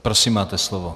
Prosím, máte slovo.